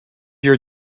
your